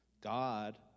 God